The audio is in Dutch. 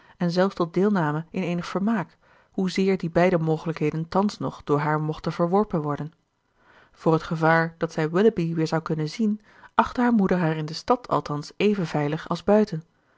en zelfs tot deelname in eenig vermaak hoezeer die beide mogelijkheden thans nog door haar mochten verworpen worden voor het gevaar dat zij willoughby weer zou kunnen zien achtte haar moeder haar in de stad althans even veilig als buiten